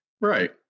right